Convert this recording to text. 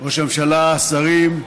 ראש הממשלה, שרים,